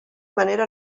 manera